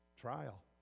Trial